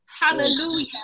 Hallelujah